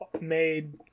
made